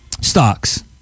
stocks